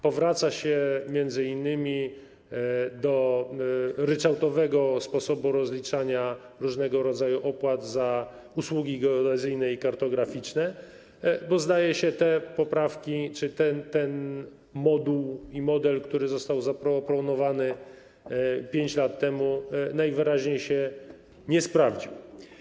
Powraca się m.in. do ryczałtowego sposobu rozliczania różnego rodzaju opłat za usługi geodezyjne i kartograficzne, bo, zdaje się, te poprawki czy ten moduł i model, który został zaproponowany 5 lat temu, najwyraźniej się nie sprawdził.